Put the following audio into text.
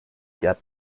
get